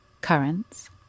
currants